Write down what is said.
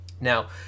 Now